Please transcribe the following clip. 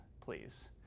please